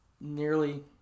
nearly